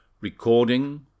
Recording